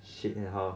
shit anyhow